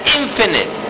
infinite